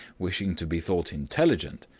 wishing to be thought intelligent,